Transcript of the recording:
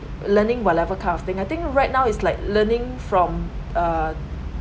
learning whatever kind of thing I think right now it's like learning from err